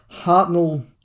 Hartnell